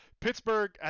Pittsburgh